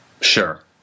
Sure